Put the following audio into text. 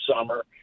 summer